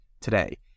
today